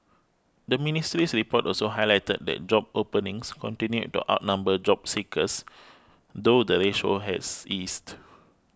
the ministry's report also highlighted that job openings continued to outnumber job seekers though the ratio has eased